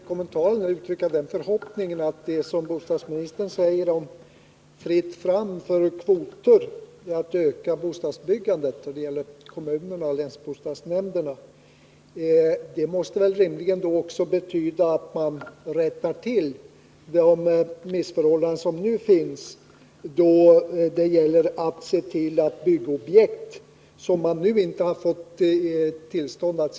Herr talman! Jag vill först kommentera det som bostadsministern sade om att det är fritt fram för kommunerna och länsbostadsnämnderna när det gäller kvoter för att öka bostadsbyggandet. Detta måste rimligen innebära att de missförhållanden som nu finns rättas till, så att man får sätta i gång de byggobjekt som man hittills inte fått igångsättningstillstånd för.